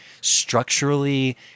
Structurally